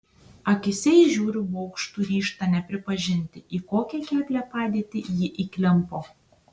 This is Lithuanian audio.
akyse įžiūriu baugštų ryžtą nepripažinti į kokią keblią padėtį ji įklimpo